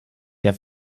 der